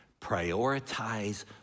prioritize